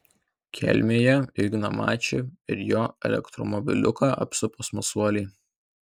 kelmėje igną mačį ir jo elektromobiliuką apsupo smalsuoliai